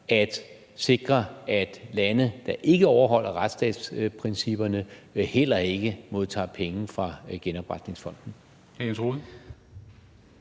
at sikre, at lande, der ikke overholder retsstatsprincipperne, heller ikke modtager penge fra genopretningsfonden.